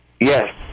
yes